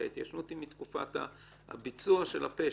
כי ההתיישנות היא מתקופת הביצוע של הפשע,